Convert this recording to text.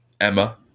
Emma